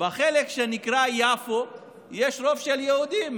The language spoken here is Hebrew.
בחלק שנקרא יפו יש רוב של יהודים,